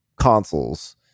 consoles